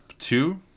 Two